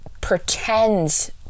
pretends